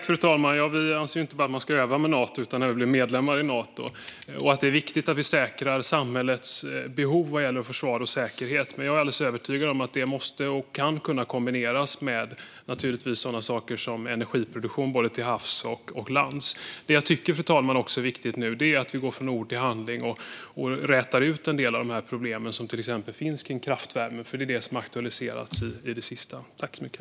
Fru talman! Vi anser ju att man inte bara ska öva med Nato utan även bli medlem i organisationen. Det är viktigt att vi säkrar samhällets behov gällande försvar och säkerhet. Men jag är alldeles övertygad om att detta naturligtvis måste kunna och kan kombineras med sådana saker som energiproduktion, både till havs och på land. Det jag också tycker är viktigt, fru talman, är att vi går från ord till handling och tar itu med en del av de problem som finns kring till exempel kraftvärmen. Det är detta som har aktualiserats på sistone.